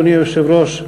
אדוני היושב-ראש,